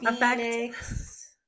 Phoenix